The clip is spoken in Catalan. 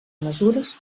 mesures